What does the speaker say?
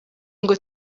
ngo